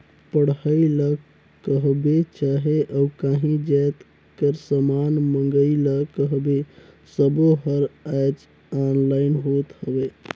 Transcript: पढ़ई ल कहबे चहे अउ काहीं जाएत कर समान मंगई ल कहबे सब्बों हर आएज ऑनलाईन होत हवें